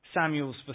Samuel's